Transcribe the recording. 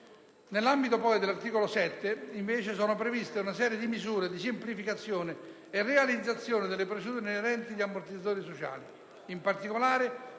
Nell'ambito dell'articolo 7, invece, è prevista una serie di misure di semplificazione e realizzazione delle procedure inerenti gli ammortizzatori sociali. In particolare,